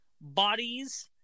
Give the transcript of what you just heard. Bodies